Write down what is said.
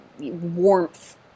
warmth